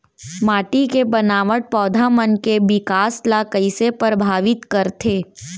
माटी के बनावट पौधा मन के बिकास ला कईसे परभावित करथे